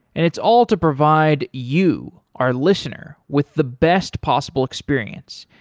and it's all to provide you our listener with the best possible experience.